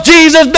Jesus